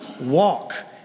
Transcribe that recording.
walk